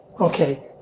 Okay